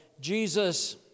Jesus